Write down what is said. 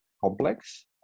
complex